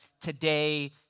Today